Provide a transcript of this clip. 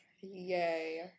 Yay